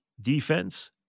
defense